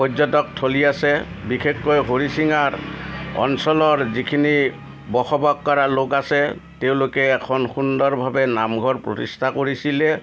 পৰ্যটক থলী আছে বিশেষকৈ হৰিশিঙাৰ অঞ্চলৰ যিখিনি বসবাস কৰা লোক আছে তেওঁলোকে এখন সুন্দৰভাৱে নামঘৰ প্ৰতিষ্ঠা কৰিছিলে